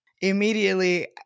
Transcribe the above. Immediately